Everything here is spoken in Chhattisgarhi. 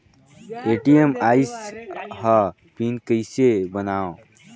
ए.टी.एम आइस ह पिन कइसे बनाओ?